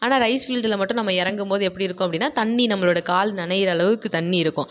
ஆனால் ரைஸ் ஃபீல்டில் மட்டும் நம்ம இறங்கும் போது எப்படி இருக்கும் அப்படின்னா தண்ணி நம்மளோடய கால் நனைகிற அளவுக்குத் தண்ணி இருக்கும்